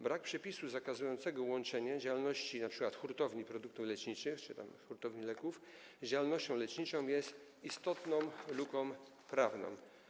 Brak przepisu zakazującego łączenia działalności np. hurtowni produktów leczniczych czy hurtowni leków z działalnością leczniczą jest istotną luką prawną.